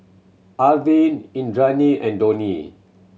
Arvind Indranee and Dhoni